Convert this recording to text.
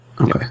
Okay